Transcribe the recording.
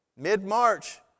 Mid-March